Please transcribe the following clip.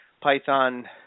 Python